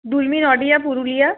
Purulia